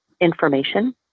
information